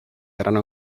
erano